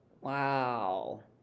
Wow